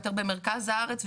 יותר במרכז הארץ ושוב,